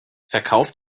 verkauft